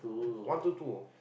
one two two